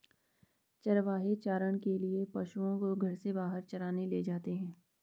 चरवाहे चारण के लिए पशुओं को घर से बाहर चराने ले जाते हैं